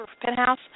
Penthouse